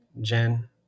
Jen